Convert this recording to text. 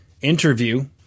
interview